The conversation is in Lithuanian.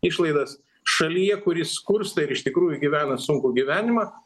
išlaidas šalyje kuri skursta ir iš tikrųjų gyvena sunkų gyvenimą